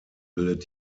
bildet